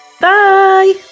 Bye